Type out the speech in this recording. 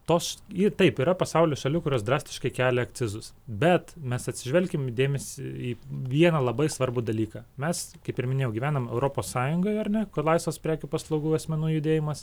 tos ji taip yra pasaulio šalių kurios drastiškai kelia akcizus bet mes atsižvelkim dėmesį į vieną labai svarbų dalyką mes kaip ir minėjau gyvenam europos sąjungoj ar ne kur laisvas prekių paslaugų asmenų judėjimas